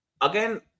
again